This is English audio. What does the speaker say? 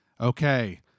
Okay